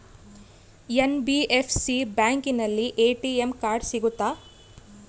NBFC ಬ್ಯಾಂಕಿನಲ್ಲಿ ATM card ಸಿಗುತ್ತಾ?